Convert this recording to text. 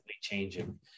changing